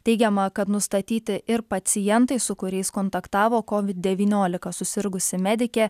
teigiama kad nustatyti ir pacientai su kuriais kontaktavo kovid devyniolika susirgusi medikė